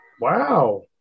Wow